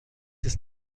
ist